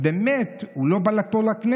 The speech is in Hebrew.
אז באמת הוא לא בא לפה לכנסת,